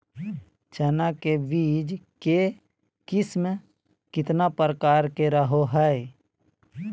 चना के बीज के किस्म कितना प्रकार के रहो हय?